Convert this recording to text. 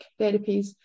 therapies